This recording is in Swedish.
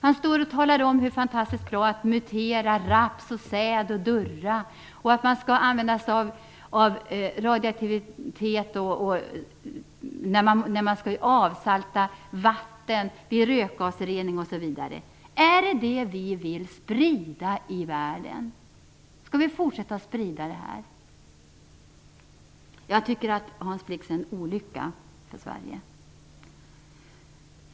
Han talade om hur fantastiskt bra det är att mutera raps, säd och durra och att man skall använda sig av radioaktivitet vid avsaltning av vatten och vid rökgasrening o.d. Är det vad vi vill sprida i världen? Skall vi fortsätta att sprida detta? Jag tycker att Hans Blix är en olycka för Sverige.